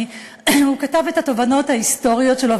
הוא כתב את התובנות ההיסטוריות שלו,